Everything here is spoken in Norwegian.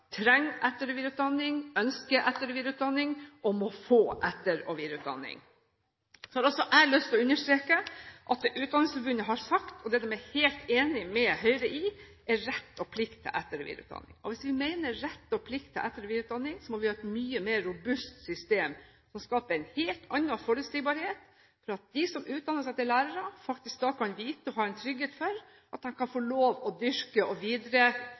trenger, ønsker og må få etter- og videreutdanning. Jeg har også lyst til å understreke at Utdanningsforbundet har sagt – og dette er de helt enig med Høyre i – at lærerne må ha rett og plikt til etter- og videreutdanning. Hvis vi mener dette med rett og plikt til etter- og videreutdanning, må vi ha et mye mer robust system, som skaper en helt annen forutsigbarhet, slik at de som utdanner seg som lærere, kan vite og ha trygghet for at de kan få lov til å dyrke og